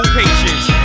patience